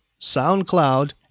SoundCloud